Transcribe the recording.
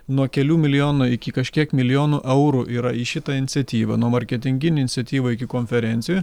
nuo kelių milijonų iki kažkiek milijonų eurų yra į šitą iniciatyvą nuo marketinginių iniciatyvų iki konferencijų